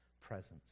presence